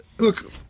Look